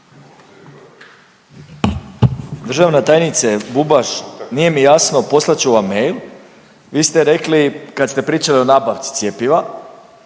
Državna tajnice Bubaš, nije mi jasno poslat ću vam mail. Vi ste rekli kad ste pričali o nabavci cjepiva,